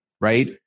right